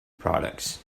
products